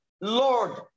Lord